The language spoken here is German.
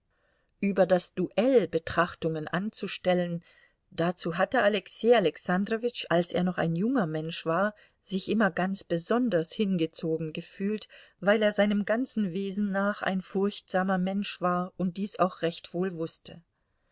über das duell betrachtungen anzustellen dazu hatte alexei alexandrowitsch als er noch ein junger mensch war sich immer ganz besonders hingezogen gefühlt weil er seinem ganzen wesen nach ein furchtsamer mensch war und dies auch recht wohl wußte